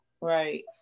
Right